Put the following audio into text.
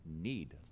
need